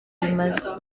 bimaze